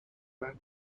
man